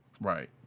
right